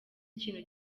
ikintu